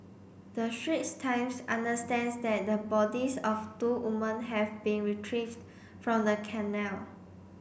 the Straits Times understands that the bodies of two women have been retrieved from the canal